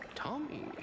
Tommy